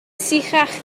sychach